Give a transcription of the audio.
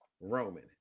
Roman